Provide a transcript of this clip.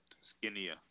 skinnier